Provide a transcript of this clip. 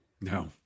No